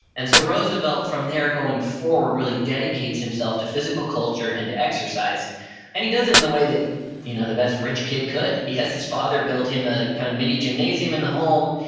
and so roosevelt from there going forward really dedicates himself to physical culture and exercise and he does it in a way that you know the best rich kid could, he has his father build him a kind of mini gymnasium in the home,